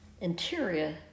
interior